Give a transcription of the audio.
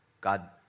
God